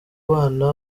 bana